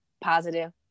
positive